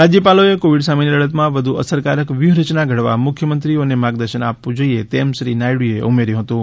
રાજ્યપાલોએ Covid સામેની લડતમાં વધુ અસરકારક વ્યૂહરચના ધડવા મુખ્યમંત્રીઓને માર્ગદર્શન આપવું જોઈએ તેમ શ્રી નાયડૂએ ઉમેર્થુ હતું